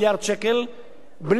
בלי לזעזע שום דבר,